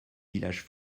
villages